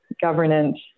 governance